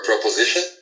proposition